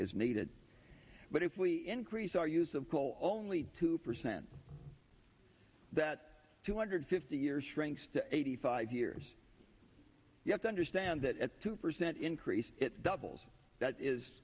is needed but if we increase our use of coal only two percent that two hundred fifty years shrinks to eighty five years you have to understand that at two percent increase it doubles that is